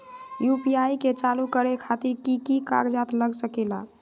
UPI के चालु करे खातीर कि की कागज़ात लग सकेला?